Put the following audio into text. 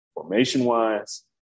formation-wise